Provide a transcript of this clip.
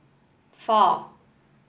four